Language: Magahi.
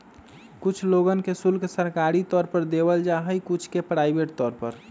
कुछ लोगन के शुल्क सरकारी तौर पर देवल जा हई कुछ के प्राइवेट तौर पर